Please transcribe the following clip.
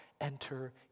enter